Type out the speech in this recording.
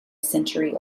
century